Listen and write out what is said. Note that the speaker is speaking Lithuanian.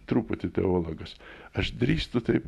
truputį teologas aš drįstu taip